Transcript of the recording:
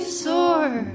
sore